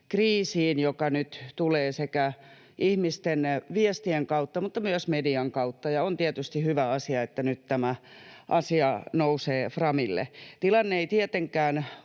kriisiin, joka nyt tulee sekä ihmisten viestien kautta että myös median kautta, ja on tietysti hyvä asia, että nyt tämä asia nousee framille. Tilanne ei tietenkään